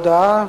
על ההודעה.